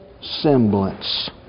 semblance